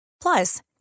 Plus